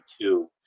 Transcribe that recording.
two